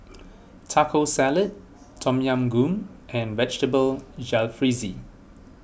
Taco Salad Tom Yam Goong and Vegetable Jalfrezi